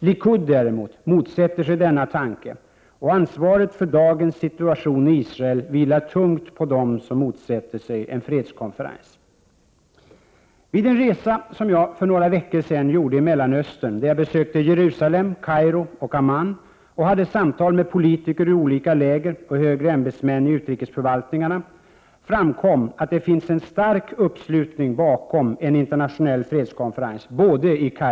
Likud däremot motsätter sig denna tanke, och ansvaret för dagens situation i Israel vilar tungt på dem som motsätter sig en. fredskonferens. Vid en resa som jag för några veckor sedan gjorde i Mellanöstern — då jag besökte Jerusalem, Kairo och Amman och hade samtal med politiker i olika läger och högre ämbetsmän i utrikesförvaltningarna — framkom att det både i Kairo och Amman finns en stark uppslutning bakom tanken på en internationell fredskonferens.